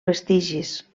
vestigis